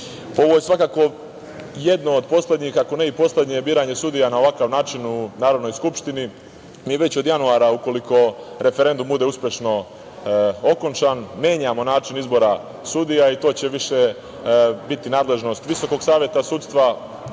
je svakako jedno od poslednjih, ako ne i poslednje biranje sudija na ovakav način u Narodnoj skupštini, mi već od januara ukoliko referendum bude uspešno okončan, menjamo način izbora sudija i to će više biti nadležnost VSS, od tih datuma,